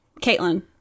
Caitlin